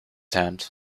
hand